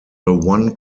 one